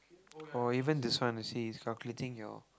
or even this one you see it's calculating your